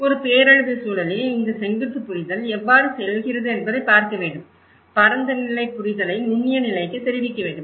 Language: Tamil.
ஒரு பேரழிவு சூழலில் இந்த செங்குத்து புரிதல் எவ்வாறு செல்கிறது என்பதைப் பார்க்க வேண்டும் பரந்தநிலை புரிதலை நுண்ணிய நிலைக்கு தெரிவிக்க வேண்டும்